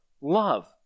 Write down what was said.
love